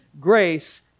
grace